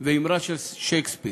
ואמרה של שייקספיר.